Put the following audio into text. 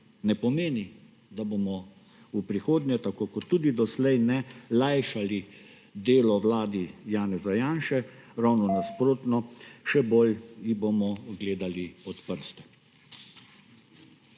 Ne pomeni, da bomo v prihodnje, tako kot tudi doslej ne, lajšali delo vladi Janeza Janše. Ravno nasprotno, še bolj ji bomo gledali pod prste.